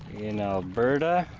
in alberta.